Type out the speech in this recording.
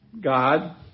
God